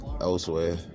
elsewhere